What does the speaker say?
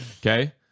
Okay